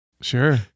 sure